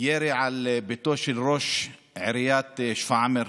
ירי על ביתו של ראש עיריית שפרעם,